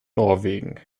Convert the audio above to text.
norwegen